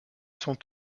sont